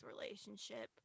relationship